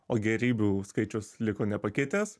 o gėrybių skaičius liko nepakitęs